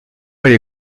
avait